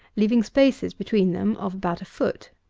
leaving spaces between them of about a foot.